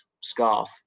scarf